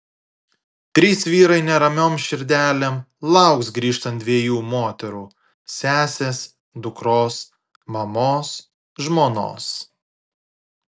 trys vyrai neramiom širdelėm lauks grįžtant dviejų moterų sesės dukros mamos žmonos